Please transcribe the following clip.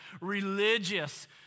religious